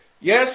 Yes